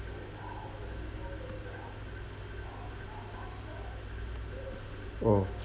oo